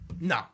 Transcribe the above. No